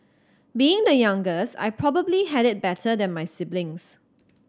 being the youngest I probably had it better than my siblings